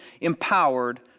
empowered